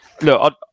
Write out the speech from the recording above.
look